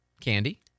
Candy